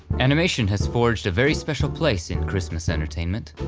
animation has forged a very special place in christmas entertainment,